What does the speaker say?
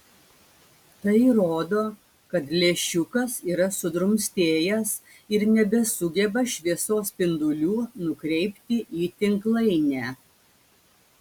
tai rodo kad lęšiukas yra sudrumstėjęs ir nebesugeba šviesos spindulių nukreipti į tinklainę